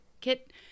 kit